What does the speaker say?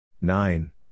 nine